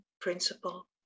principle